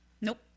Nope